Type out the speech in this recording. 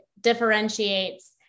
differentiates